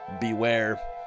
beware